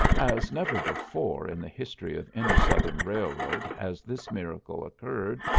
as never before in the history of any southern railroad has this miracle occurred,